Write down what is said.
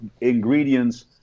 ingredients